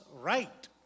right